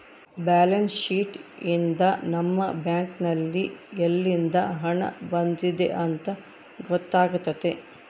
balance sheet ಯಿಂದ ನಮ್ಮ bank ನಲ್ಲಿ ಯಲ್ಲಿಂದ ಹಣ ಬಂದಿದೆ ಅಂತ ಗೊತ್ತಾತತೆ